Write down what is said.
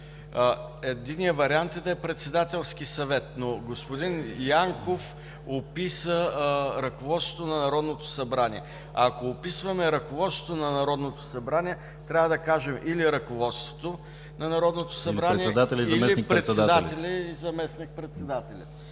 Единият вариант е да е Председателски съвет, но господин Янков описа ръководството на Народното събрание. Ако описваме ръководството на Народното събрание, трябва да кажем или „ръководството на Народното събрание“, или „председателя и заместник-председателите“.